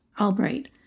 Albright